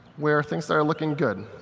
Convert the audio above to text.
where things start looking good.